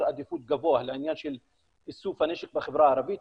עדיפות גבוה לעניין של איסוף הנשק בחברה הערבית